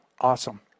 Awesome